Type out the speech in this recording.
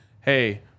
hey